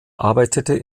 arbeitete